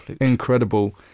incredible